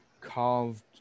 carved